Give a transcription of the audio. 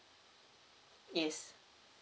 yes